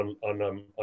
on